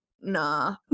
Nah